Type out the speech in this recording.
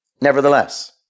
nevertheless